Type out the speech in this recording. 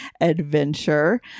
adventure